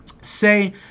say